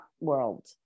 world